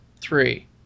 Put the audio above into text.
three